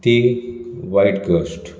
ती वायट गोष्ट